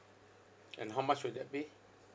and how much would that be